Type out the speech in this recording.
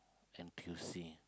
N_T_U_C